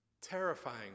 terrifying